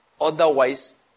Otherwise